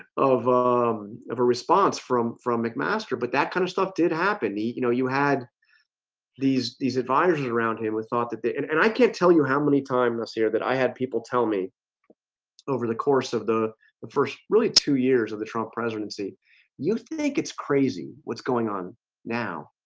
of um of a response from from mcmaster but that kind of stuff did happen. he you know you had these these advisors around him. we thought that they and and i can't tell you how many times must hear that. i had people tell me over the course of the the first really two years of the trump presidency you think it's crazy what's going on now?